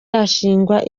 yashingwa